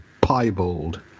piebald